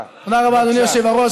תודה רבה, אדוני היושב-ראש.